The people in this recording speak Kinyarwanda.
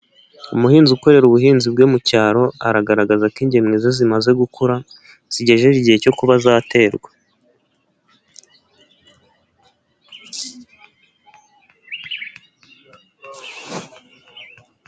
Umuhinzi ukorera ubuhinzi bwe mu cyaro, aragaragaza ko ingemwe ze zimaze gukura zigejeje igihe cyo kuba zaterwa.